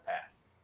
pass